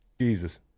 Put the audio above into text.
Jesus